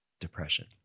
depression